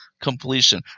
completion